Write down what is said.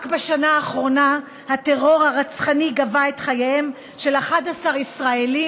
רק בשנה האחרונה הטרור הרצחני גבה את חייהם של 11 ישראלים,